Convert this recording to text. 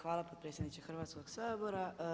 Hvala potpredsjedniče Hrvatskog sabora.